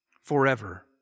forever